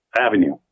Avenue